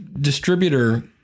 distributor